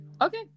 okay